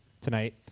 tonight